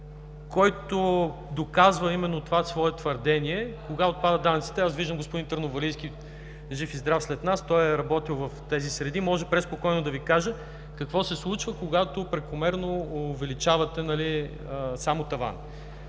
който доказва именно чрез нея това свое твърдение кога отпадат данъците. Виждам господин Търновалийски – жив и здрав сред нас! Той е работил в тези среди, може преспокойно да Ви каже какво се случва, когато прекомерно увеличавате само тавана.